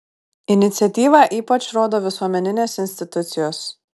iniciatyvą ypač rodo visuomeninės institucijos